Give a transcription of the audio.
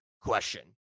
question